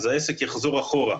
העסק יחזור אחורה.